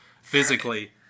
physically